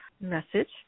message